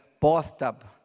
bathtub